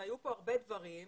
והיו פה הרבה דברים,